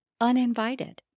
uninvited